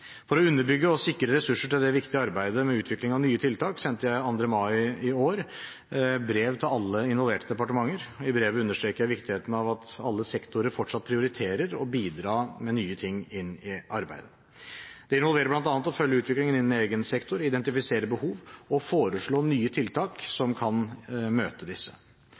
For å underbygge og sikre ressurser til det viktige arbeidet med utvikling av nye tiltak sendte jeg den 2. mai i år brev til alle involverte departementer. I brevet understreker jeg viktigheten av at alle sektorer fortsatt prioriterer å bidra med nye ting inn i arbeidet. Det involverer bl.a. å følge utviklingen innen egen sektor, identifisere behov og foreslå nye tiltak som kan møte disse.